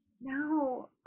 No